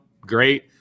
great